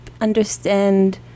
understand